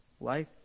life